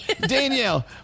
Danielle